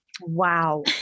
Wow